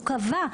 הוא קבע.